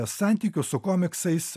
santykių su komiksais